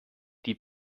die